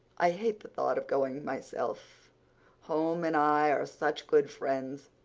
i hate the thought of going myself home and i are such good friends.